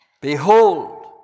behold